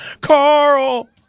Carl